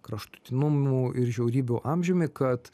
kraštutinumų ir žiaurybių amžiumi kad